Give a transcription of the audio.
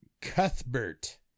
Cuthbert